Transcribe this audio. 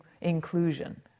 inclusion